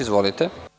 Izvolite.